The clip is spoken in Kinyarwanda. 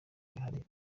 bihari